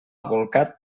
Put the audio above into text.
bolcat